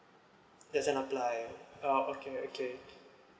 doesn't apply oh okay okay okay